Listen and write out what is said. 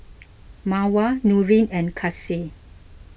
Mawar Nurin and Kasih